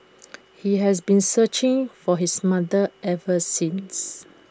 he has been searching for his mother ever since